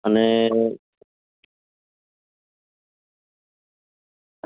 અને